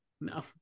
No